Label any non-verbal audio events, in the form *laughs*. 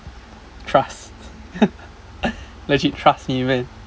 trust *laughs* *laughs* legit trust me man